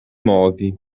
move